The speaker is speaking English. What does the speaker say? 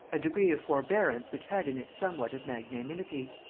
a degree of forbearance which had in it somewhat of magnanimity.